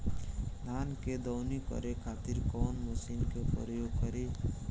धान के दवनी करे खातिर कवन मशीन के प्रयोग करी?